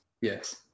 Yes